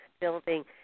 building